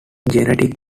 genetic